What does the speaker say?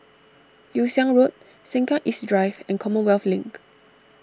Yew Siang Road Sengkang East Drive and Commonwealth Link